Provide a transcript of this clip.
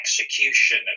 execution